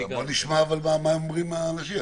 -- אבל נשמע מה אומרים האנשים.